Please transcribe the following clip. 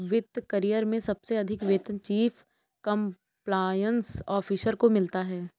वित्त करियर में सबसे अधिक वेतन चीफ कंप्लायंस ऑफिसर को मिलता है